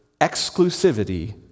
exclusivity